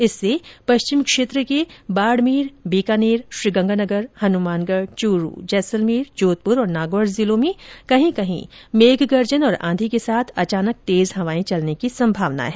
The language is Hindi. इससे पश्चिमी क्षेत्र के बाड़मेर बीकानेर श्रीगंगानगर हनुमानगढ़ चूरू जैसलमेर जोधपुर और नागौर जिलों कहीं कहीं मेघ गर्जन और आंधी के साथ अचानक तेज हवाए चलने की संभावना है